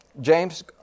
James